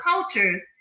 cultures